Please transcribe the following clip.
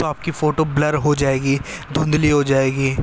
تو آپ کی فوٹو بلر ہو جائے گی دھندلی ہو جائے گی